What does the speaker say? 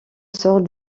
sort